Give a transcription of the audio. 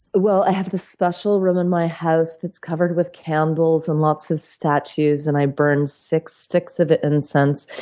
well, i have this special room in my house that's covered with candles and lots of statues, and i burn six sticks of incense,